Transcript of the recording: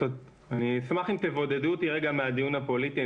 אני אשמח אם תבודדו אותי רגע מהדיון הפוליטי.